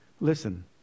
Listen